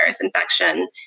infection